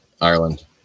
Ireland